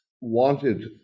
wanted